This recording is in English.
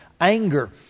anger